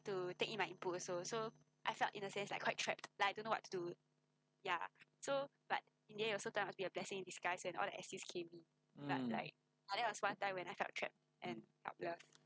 mm